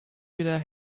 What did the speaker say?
wieder